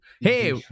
Hey